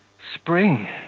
spring,